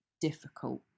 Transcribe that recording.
difficult